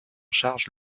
charge